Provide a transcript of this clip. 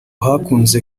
hakunze